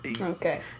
Okay